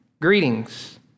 Greetings